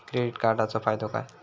Credit कार्डाचो फायदो काय?